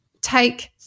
take